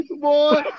boy